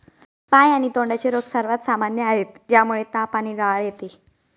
पाय आणि तोंडाचे रोग सर्वात सामान्य आहेत, ज्यामुळे ताप आणि लाळ येते